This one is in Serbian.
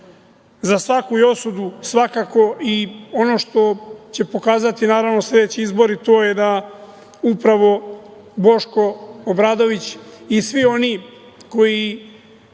svaku je osudu svakako i ono što će pokazati naravno sledeći izbori, to je da upravo Boško Obradović i svi oni koji